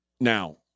Now